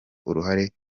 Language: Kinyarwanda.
uruhare